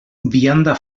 vianda